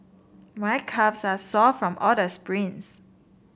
my calves are sore from all the sprints